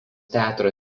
teatro